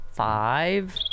five